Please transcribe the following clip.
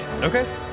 Okay